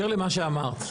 נעה, בהקשר למה שאמרת.